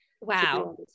Wow